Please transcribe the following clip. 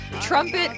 trumpet